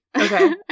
Okay